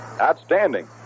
outstanding